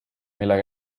mille